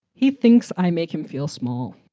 he thinks i make him feel small.